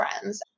friends